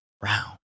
Brown